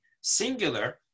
singular